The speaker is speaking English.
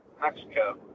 Mexico